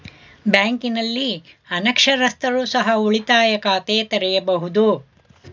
ಬ್ಯಾಂಕಿನಲ್ಲಿ ಅನಕ್ಷರಸ್ಥರು ಸಹ ಉಳಿತಾಯ ಖಾತೆ ತೆರೆಯಬಹುದು?